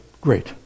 Great